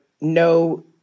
no